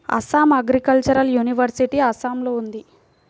Assam agricultural university అస్సాంలో ఉంది